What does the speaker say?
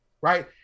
right